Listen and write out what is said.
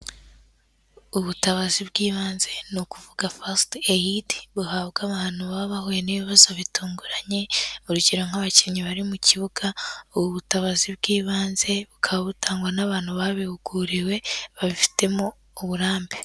Ubutabazi bw'ibanze ni ukuvuga fast eid buhabwa abantu baba bahuye n'ibibazo bitunguranye urugero nk'abakinnyi bari mu kibuga ubu butabazi bw'ibanze bukaba butangwa n'abantu babihuguriwe babifitemo uburambe.